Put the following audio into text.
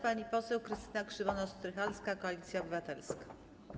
Pani poseł Henryka Krzywonos-Strycharska, Koalicja Obywatelska.